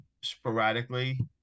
sporadically